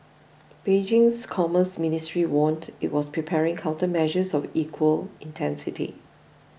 Beijing's commerce ministry warned it was preparing countermeasures of equal intensity